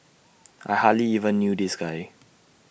I hardly even knew this guy